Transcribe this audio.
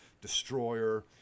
Destroyer